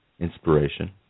Inspiration